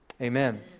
amen